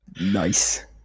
Nice